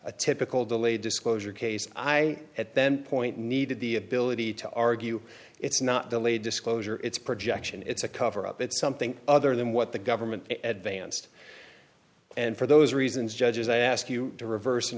a typical delay disclosure case i at them point needed the ability to argue it's not delayed disclosure it's projection it's a cover up it's something other than what the government at danced and for those reasons judges i ask you to reverse